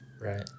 Right